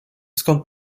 skąd